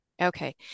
Okay